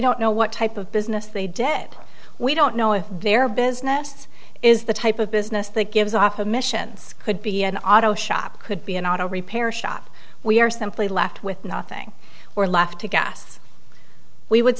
don't know what type of business they did we don't know if their business is the type of business that gives off a mission could be an auto shop could be an auto repair shop we are simply left with nothing we're left to guess we would